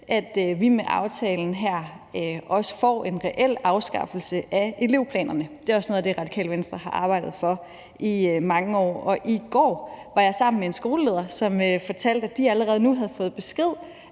at vi med aftalen her også får en reel afskaffelse af elevplanerne. Det er også noget af det, Radikale Venstre har arbejdet for i mange år. Og i går var jeg sammen med en skoleleder, som fortalte, at de allerede nu har fået besked